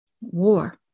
war